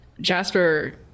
Jasper